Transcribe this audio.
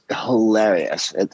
hilarious